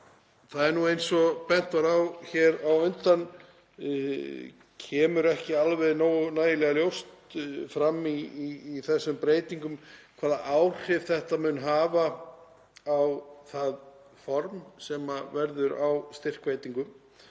orkusjóði. Eins og bent var á hér á undan kemur ekki alveg nægilega ljóst fram í þessum breytingum hvaða áhrif þetta mun hafa á það form sem verður á styrkveitingum